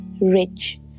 rich